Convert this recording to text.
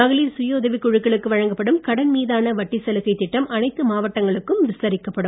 மகளிர் சுயஉதவிக் குழுக்களுக்கு வழங்கப்படும் கடன் மீதான வட்டிச் சலுகைத் திட்டம் அனைத்து மாவட்டங்களுக்கும் விஸ்தரிக்கப்படும்